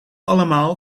allemaal